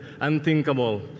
unthinkable